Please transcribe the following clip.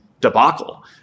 debacle